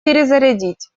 перезарядить